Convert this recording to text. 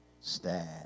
stand